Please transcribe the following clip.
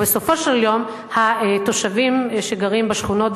ובסופו של יום התושבים שגרים בשכונות,